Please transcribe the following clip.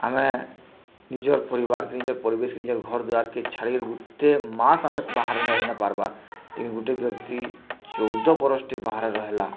ଆମେ ନିଜର୍ ପରିବାର୍କେ ନିଜର୍ ପରିବେଶ୍କେ ନିଜର୍ ଘରଦ୍ୱାର୍କେ ଛାଡ଼ିକରି ଗୁଟେ ମାସ୍ ଆମେ ବାହାରେ ରହିନାଇଁପାର୍ବା ଗୁଟେ ବ୍ୟକ୍ତି ଚଉଦ ବରଷ୍ଟେ ବାହାରେ ରହେଲା